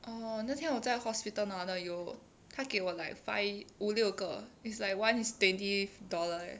orh 那天我在 hospital 拿的有他给我 like five 五六个 is like one is twenty dollar